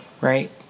right